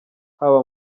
haba